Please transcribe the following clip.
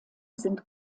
sind